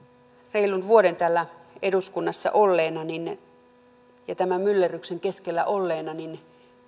reilun vuoden täällä eduskunnassa olleena ja tämän myllerryksen keskellä olleena